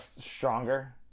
stronger